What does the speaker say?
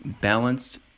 Balanced